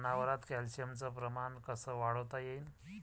जनावरात कॅल्शियमचं प्रमान कस वाढवता येईन?